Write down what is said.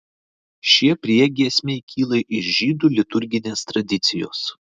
šie priegiesmiai kyla iš žydų liturginės tradicijos